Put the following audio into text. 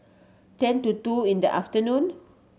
ten to two in the afternoon